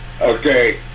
Okay